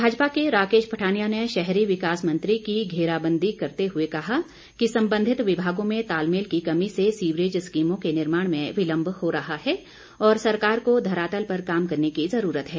भाजपा के राकेश पठानिया ने शहरी विकास मंत्री की घेराबंदी करते हुए कहा कि संबंधित विभागों में तालमेल की कमी से सीवरेज स्कीमों के निर्माण में विलंब हो रहा है और सरकार को धरातल पर काम करने की जरूरत है